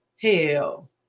hell